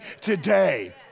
today